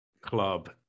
club